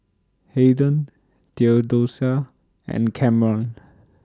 Hayden Theodosia and Camron